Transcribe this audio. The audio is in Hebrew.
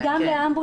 כן.